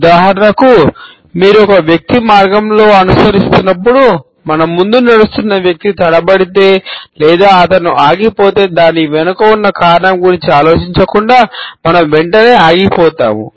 ఉదాహరణకు మీరు ఒక వ్యక్తిని మార్గంలో అనుసరిస్తున్నప్పుడు మన ముందు నడుస్తున్న వ్యక్తి తడబడితే లేదా అతను ఆగిపోతే దాని వెనుక ఉన్న కారణం గురించి ఆలోచించకుండా మనం వెంటనే ఆగిపోతాము